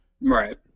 Right